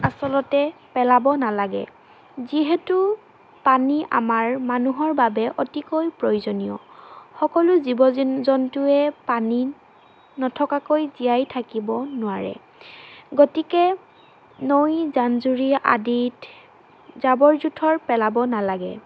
আচলতে পেলাব নালাগে যিহেতু পানী আমাৰ মানুহৰ বাবে অতিকৈ প্ৰয়োজনীয় সকলো জীৱ জী জন্তুৱে পানী নথকাকৈ জীয়াই থাকিব নোৱাৰে গতিকে নৈ জান জৰি আদিত জাবৰ জোঁথৰ পেলাব নালাগে